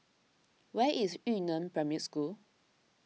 where is Yu Neng Primary School